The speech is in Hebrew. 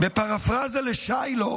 בפרפרזה לשיילוק